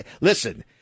listen